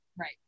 right